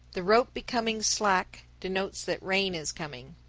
the rope becoming slack denotes that rain is coming.